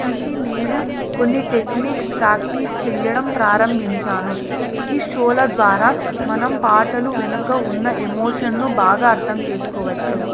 చూసి నేను కొన్ని టెక్నిక్స్ ప్రాక్టీస్ చేయడం ప్రారంభించాను ఈ షోల ద్వారా మనం పాటలు వెనక ఉన్న ఎమోషన్ను బాగా అర్థం చేసుకోవచ్చు